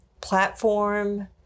platform